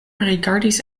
rigardis